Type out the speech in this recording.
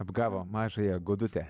apgavo mažąją godutę